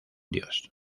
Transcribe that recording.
dios